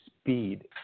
speed